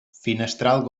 finestral